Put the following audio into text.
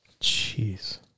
Jeez